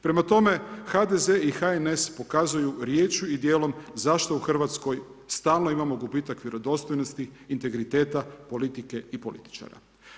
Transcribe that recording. Prema tome HDZ i HNS pokazuju riječju i djelom zašto u Hrvatskoj stalno imamo gubitak vjerodostojnosti, integriteta, politike i političara.